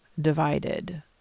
divided